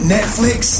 Netflix